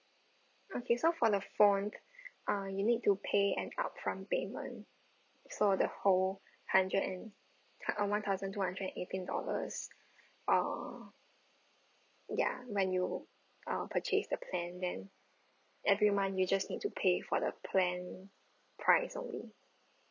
okay so for the phone ah you need to pay an upfront payment for the whole hundred and uh one thousand two hundred and eighteen dollar uh ya when you err purchase the plan then every month you just need to pay for the plan price only